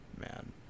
man